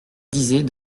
disait